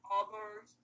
others